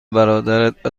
برادرت